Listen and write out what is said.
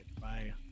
Bye